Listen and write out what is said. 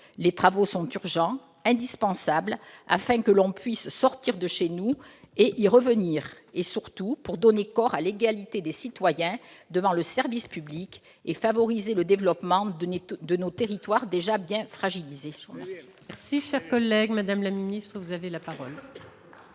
des travaux est urgente, indispensable pour que nous puissions sortir de chez nous et y revenir, et surtout pour donner corps à l'égalité des citoyens devant le service public et favoriser le développement de nos territoires déjà bien fragilisés.